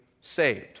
saved